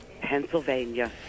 Pennsylvania